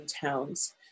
Towns